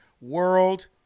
world